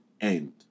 end